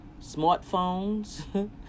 smartphones